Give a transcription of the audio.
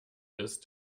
ist